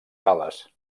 gal·les